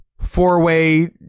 Four-Way